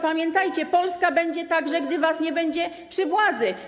Pamiętajcie, że Polska będzie także, gdy was nie będzie u władzy.